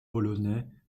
polonais